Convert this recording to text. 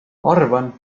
arvan